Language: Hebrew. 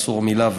איסור מילה,